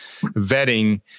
vetting